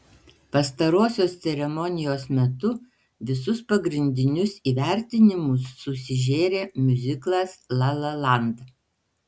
pastarosios ceremonijos metu visus pagrindinius įvertinimus susižėrė miuziklas la la land